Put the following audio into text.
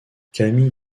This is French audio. camille